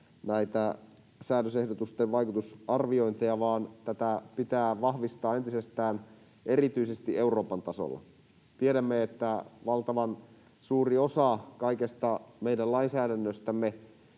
näitä säädösehdotusten vaikutusarviointeja, vaan tätä pitää vahvistaa entisestään erityisesti Euroopan tasolla. Tiedämme, että valtavan suuri osa kaikesta meidän lainsäädännöstämme